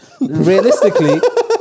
Realistically